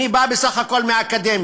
אני בא בסך הכול מהאקדמיה,